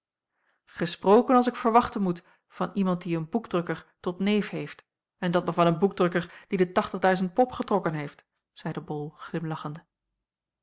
gesproken als ik verwachten moet van iemand die een boekdrukker tot neef heeft en dat nog wel een boekdrukker die de pop getrokken heeft zeide bol glimlachende